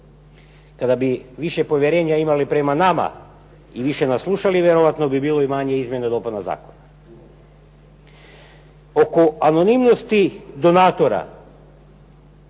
Kada bi više povjerenja imali prema nama i više nas slušali, vjerojatno bi bilo manje izmjena i dopuna zakona. Oko anonimnosti donatora,